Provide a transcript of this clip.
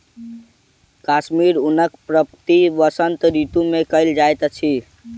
कश्मीरी ऊनक प्राप्ति वसंत ऋतू मे कयल जाइत अछि